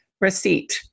receipt